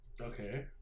Okay